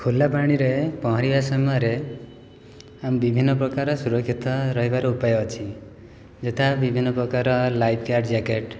ଖୋଲା ପାଣିରେ ପହଁରିବା ସମୟରେ ଆମେ ବିଭିନ୍ନ ପ୍ରକାର ସୁରକ୍ଷିତ ରହିବାର ଉପାୟ ଅଛି ଯଥା ବିଭିନ୍ନ ପ୍ରକାର ଲାଇଫ୍ ଗାର୍ଡ଼ ଜ୍ୟାକେଟ୍